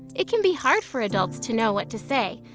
it can be hard for adults to know what to say,